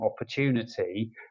opportunity